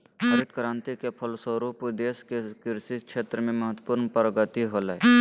हरित क्रान्ति के फलस्वरूप देश के कृषि क्षेत्र में महत्वपूर्ण प्रगति होलय